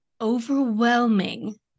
overwhelming